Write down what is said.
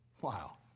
Wow